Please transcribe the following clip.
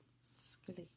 Sleep